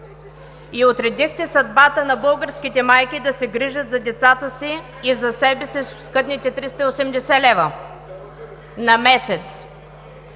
и отредихте съдбата на българските майки да се грижат за децата си и за себе си с оскъдните 380 лв. на месец.